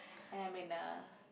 and I'm in a